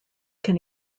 can